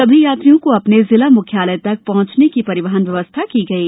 सभी यात्रियों को अपने जिला म्ख्यालय तक पहंचने की परिवहन व्यवस्था की गयी है